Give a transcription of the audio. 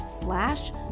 slash